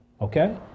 okay